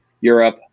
Europe